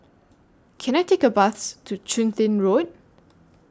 Can I Take A Bus to Chun Tin Road